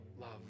love